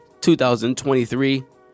2023